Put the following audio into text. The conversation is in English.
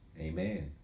Amen